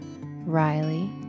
Riley